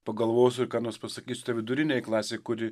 pagalvosiu ir ką nors pasakysiu tai vidurinei klasei kuri